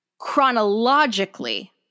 chronologically